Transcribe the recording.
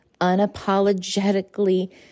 unapologetically